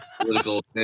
political